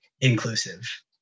inclusive